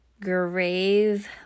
grave